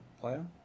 player